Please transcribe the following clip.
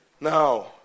Now